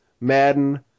Madden